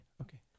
okay